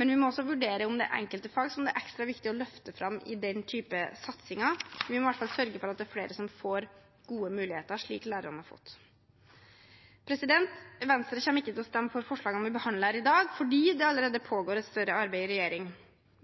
men vi må også vurdere om det er enkelte fag som det er ekstra viktig å løfte fram i den type satsinger. Vi må i hvert fall sørge for at det er flere som får gode muligheter, slik lærerne har fått. Venstre kommer ikke til å stemme for forslagene vi behandler her i dag, fordi det allerede pågår et større arbeid i regjeringen.